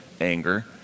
anger